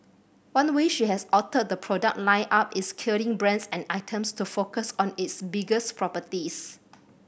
one way she has altered the product lineup is killing brands and items to focus on its biggest properties